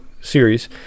series